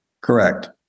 Correct